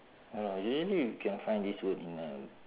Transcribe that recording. don't know usually you can find this word in uh